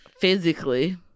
Physically